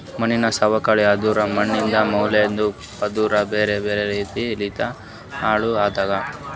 ಮಣ್ಣಿನ ಸವಕಳಿ ಅಂದುರ್ ಮಣ್ಣಿಂದ್ ಮ್ಯಾಗಿಂದ್ ಪದುರ್ ಬ್ಯಾರೆ ಬ್ಯಾರೆ ರೀತಿ ಲಿಂತ್ ಹಾಳ್ ಆಗದ್